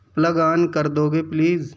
plug on کر دو گے پلیز